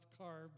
carbs